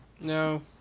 No